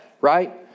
Right